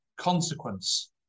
Consequence